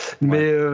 mais